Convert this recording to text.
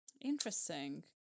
Interesting